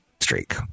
streak